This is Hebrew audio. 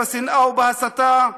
בשנאה ובהסתה,